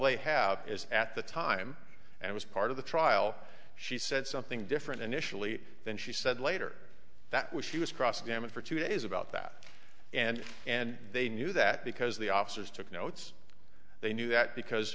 they have is at the time and it was part of the trial she said something different initially than she said later that was she was cross examined for two days about that and and they knew that because the officers took notes they knew that because